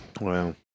Wow